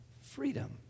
freedom